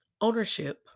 Ownership